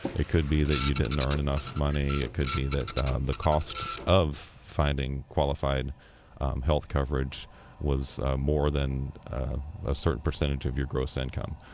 it could be that you didn't earn enough money. it could be that the cost of finding qualified health coverage was more than a certain percentage of your gross income.